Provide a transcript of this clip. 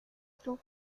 couteau